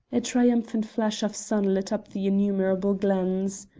a triumphant flash of sun lit up the innumerable glens.